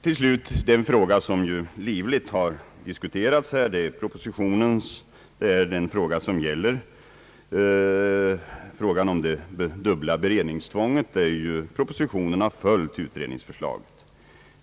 Till slut den livligt diskuterade frågan om det dubbla beredningstvånget, där propositionen har följt utredningsförslaget.